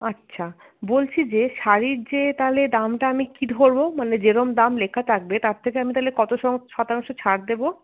আচ্ছা বলছি যে শাড়ির যে তাহলে দামটা আমি কী ধরব মানে যেরম দাম লেখা থাকবে তার থেকে আমি তাহলে কত শতাংশ ছাড় দেব